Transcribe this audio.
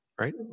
right